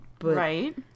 Right